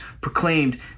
proclaimed